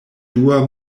dua